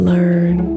Learn